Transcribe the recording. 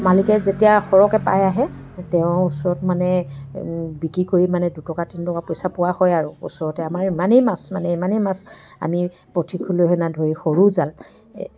মালিকে যেতিয়া সৰহকৈ পাই আহে তেওঁ ওচৰত মানে বিকি কৰি মানে দুটকা তিনি টকা পইচা পোৱা হয় আৰু ওচৰতে আমাৰ ইমানেই মাছ মানে ইমানেই মাছ আমি পুঠি খলিহনা ধৰি সৰু জাল